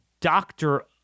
doctor